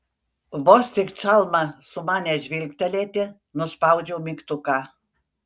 vos tik čalma sumanė žvilgtelėti nuspaudžiau mygtuką